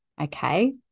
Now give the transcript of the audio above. Okay